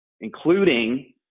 including